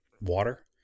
water